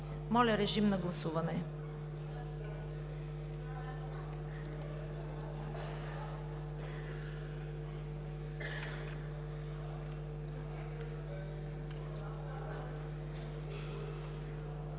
Моля, режим на гласуване.